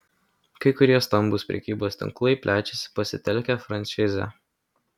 kai kurie stambūs prekybos tinklai plečiasi pasitelkę frančizę